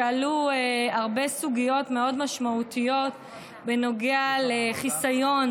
שעלו בהם הרבה סוגיות מאוד משמעותיות בנוגע לחיסיון